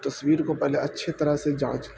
تو تصویر کو پہلے اچھے طرح سے جانچ